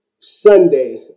Sunday